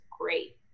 great